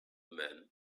men